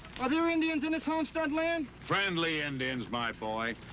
are there indians in this homestead land? friendly indians, my boy.